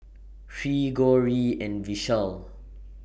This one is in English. Hri Gauri and Vishal